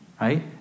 right